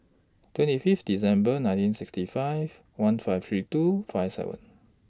twenty Fifth December nineteen sixty five one five three two five seven